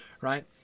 right